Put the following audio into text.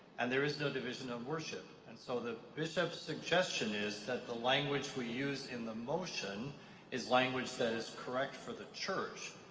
and there is no division of worship and so the bishop's suggestion is that the language we use in the motion is language that is correct for the church.